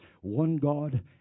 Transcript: one-god